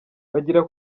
bagira